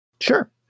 Sure